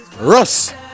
Russ